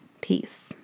Peace